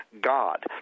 god